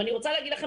ואני רוצה להגיד לכם,